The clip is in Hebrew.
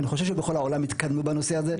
אני חושב שבכל העולם התקדמו בנושא הזה.